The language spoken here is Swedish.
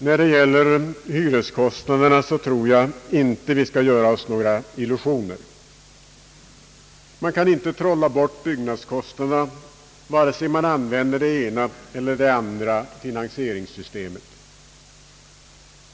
När det gäller hyreskostnaderna bör vi inte göra oss några illusioner. Man kan inte trolla bort byggnadskostnaderna vare sig man använder det ena eller andra finansieringssystemet.